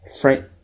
Frank